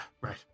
Right